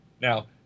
Now